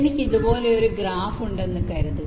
എനിക്ക് ഇതുപോലൊരു ഗ്രാഫ് ഉണ്ടെന്ന് കരുതുക